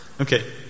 Okay